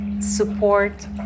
support